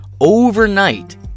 overnight